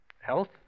health